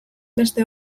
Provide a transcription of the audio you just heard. beste